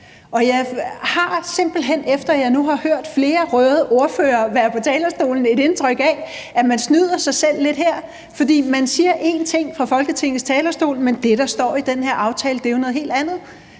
Jeg har simpelt hen, efter at jeg nu har hørt flere røde ordførere være på talerstolen, et indtryk af, at man lidt snyder sig selv her, for man siger én ting fra Folketingets talerstol, men det, der står i den her aftale, er jo noget helt andet.